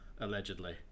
Allegedly